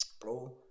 Bro